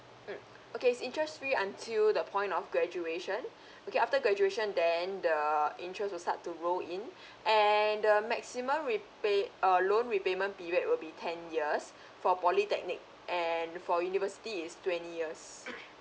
mm okay it's interest free until the point of graduation okay after graduation then the interest will start to roll in and the maximum repay~ uh loan repayment period will be ten years for polytechnic and for university it's twenty years